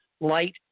light